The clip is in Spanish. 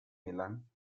milán